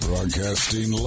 Broadcasting